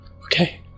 Okay